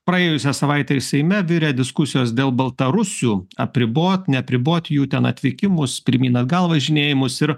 praėjusią savaitę ir seime virė diskusijos dėl baltarusių apribot neapribot jų ten atvykimus pirmyn atgal važinėjimus ir